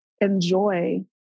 enjoy